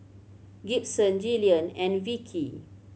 Gibson Jillian and Vickey